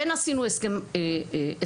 כן עשינו הסכם שכר.